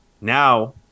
Now